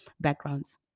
backgrounds